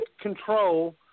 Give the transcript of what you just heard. control